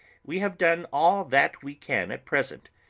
we have done all that we can at present.